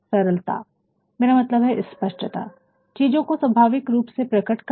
सरलता मेरा मतलब है स्पष्टता चीजों को स्वभाविक रूप से प्रकट करना